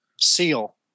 Seal